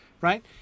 Right